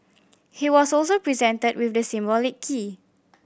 he was also presented with the symbolic key